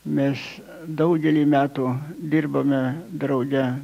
mes daugelį metų dirbome drauge